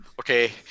Okay